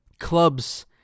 clubs